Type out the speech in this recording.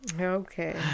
okay